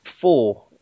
four